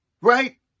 right